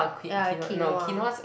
yeah quinoa